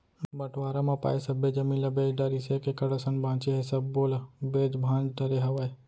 बंटवारा म पाए सब्बे जमीन ल बेच डारिस एक एकड़ असन बांचे हे सब्बो ल बेंच भांज डरे हवय